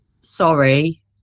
Sorry